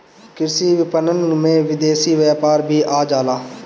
कृषि विपणन में विदेशी व्यापार भी आ जाला